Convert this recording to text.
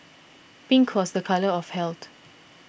pink was the colour of health